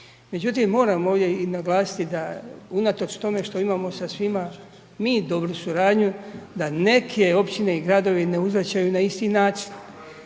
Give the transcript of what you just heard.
Međutim, moram ovdje i naglasiti da, unatoč tome što imamo sa svima mi dobru suradnju, da neke općine i gradovi ne uzvraćaju na isti način.